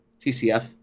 TCF